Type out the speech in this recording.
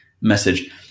message